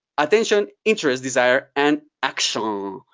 attention, interest, desire, and action.